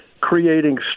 creating